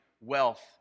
wealth